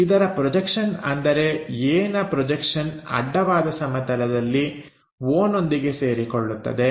ಇದರ ಪ್ರೊಜೆಕ್ಷನ್ ಅಂದರೆ A ನ ಪ್ರೊಜೆಕ್ಷನ್ ಅಡ್ಡವಾದ ಸಮತಲದಲ್ಲಿ O ನೊಂದಿಗೆ ಸೇರಿಕೊಳ್ಳುತ್ತದೆ